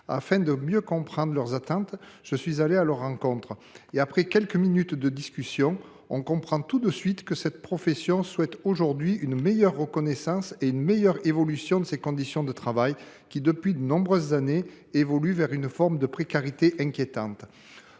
Afin de mieux comprendre leurs attentes, je suis allé à leur rencontre. Après quelques minutes de discussion, on comprend tout de suite que cette profession souhaite une meilleure reconnaissance et une amélioration de ses conditions de travail, qui, depuis de nombreuses années, évoluent vers une forme de précarité inquiétante.